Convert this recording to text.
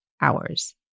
hours